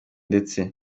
ndetse